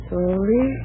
Slowly